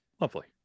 Lovely